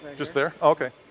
just there? oh, okay.